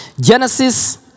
Genesis